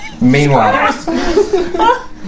Meanwhile